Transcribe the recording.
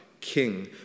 King